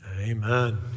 amen